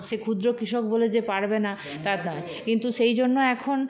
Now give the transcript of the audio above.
সে ক্ষুদ্র কৃষক বলে যে পারবে না তার দায় কিন্তু সেই জন্য এখন